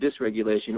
dysregulation